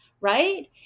right